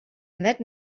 that